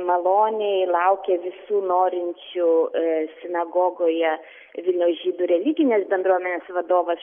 maloniai laukia visų norinčių sinagogoje vilniaus žydų religinės bendruomenės vadovas